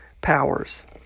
powers